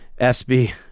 sb